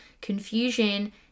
confusion